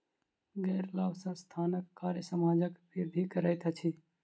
गैर लाभ संस्थानक कार्य समाजक वृद्धि करैत अछि